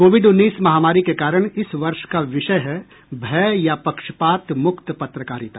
Covid उन्नीस महामारी के कारण इस वर्ष का विषय है भय या पक्षपात मुक्त पत्रकारिता